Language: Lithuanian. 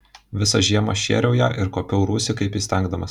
visą žiemą šėriau ją ir kuopiau rūsį kaip įstengdamas